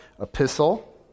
epistle